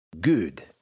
Good